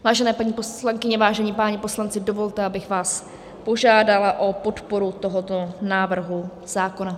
Vážené paní poslankyně, vážení páni poslanci, dovolte, abych vás požádala o podporu tohoto návrhu zákona.